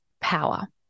power